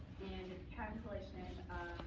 and cancellations